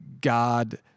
God